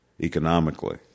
economically